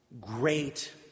Great